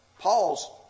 Paul's